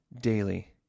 daily